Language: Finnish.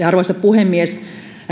arvoisa puhemies